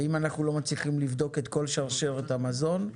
ואם אנחנו לא מצליחים לבדוק את כל שרשרת המזון,